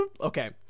okay